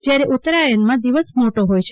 જયારે ઉતરાયનમાં દિવસ મોટો હોય છે